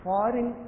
Foreign